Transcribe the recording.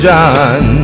John